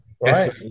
right